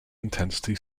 intensity